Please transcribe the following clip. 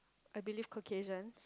I believe Caucasians